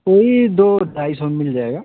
वोही दो ढाई सौ में मिल जाएगा